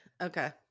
okay